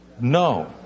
no